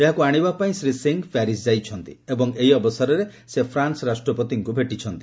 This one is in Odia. ଏହାକୁ ଆଣିବା ପାଇଁ ଶ୍ରୀ ସିଂହ ପ୍ୟାରିଶ୍ ଯାଇଛନ୍ତି ଏବଂ ଏହି ଅବସରରେ ସେ ଫ୍ରାନ୍ୱ ରାଷ୍ଟ୍ରପତିଙ୍କୁ ଭେଟିଛନ୍ତି